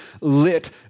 lit